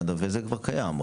זה כבר קיים,